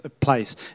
place